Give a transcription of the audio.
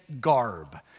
garb